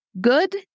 good